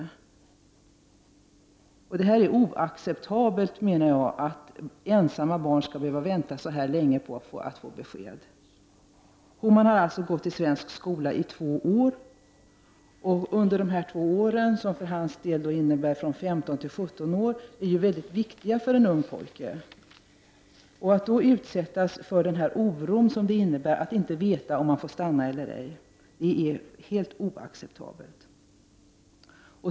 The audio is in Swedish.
Det är enligt min mening oacceptabelt att ensamma barn skall behöva vänta så här länge på att få besked. Homan Yousefi har alltså gått i svensk skola i två år. Åren mellan 15 och 17 år är ju mycket viktiga för en ung pojke. Att utsättas för den oro det innebär att inte få veta om man får stanna i Sverige eller ej är helt oacceptabelt.